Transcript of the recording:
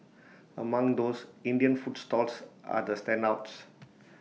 among those Indian food stalls are the standouts